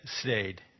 stayed